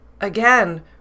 again